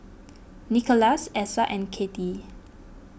Nikolas Essa and Kathey